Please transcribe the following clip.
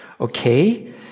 Okay